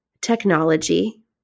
technology